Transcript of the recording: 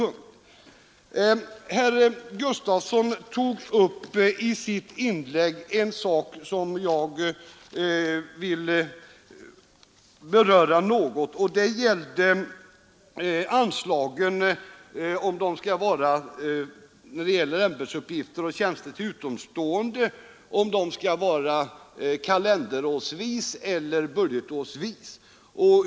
Herr Gustafson i Göteborg tog i sitt inlägg upp en sak som jag vill beröra något, nämligen frågan om anslagen för ämbetsuppgifter och tjänster till utomstående skall gälla per kalenderår eller per budgetår.